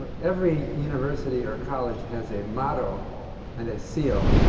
every university or college has a motto and a seal.